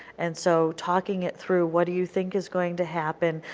and so talking it through, what do you think is going to happen?